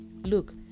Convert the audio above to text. look